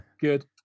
good